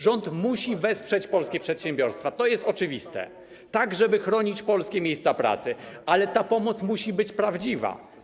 Rząd musi wesprzeć polskie przedsiębiorstwa - to jest oczywiste - tak żeby chronić polskie miejsca pracy, ale ta pomoc musi być prawdziwa.